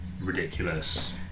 ridiculous